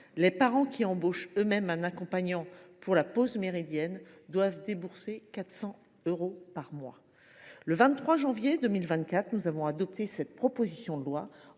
Les parents qui embauchent eux mêmes un accompagnant pour la pause méridienne doivent débourser 400 euros par mois ! Le 23 janvier 2024, nous avons adopté cette proposition de loi